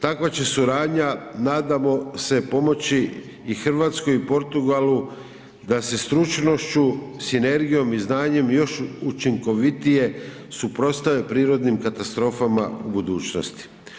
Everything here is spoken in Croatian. Takva će suradnja nadamo se pomoći i Hrvatskoj i Portugalu da sa stručnošću, sinergijom i znanjem još učinkovitije suprotstavi prirodnim katastrofama u budućnosti.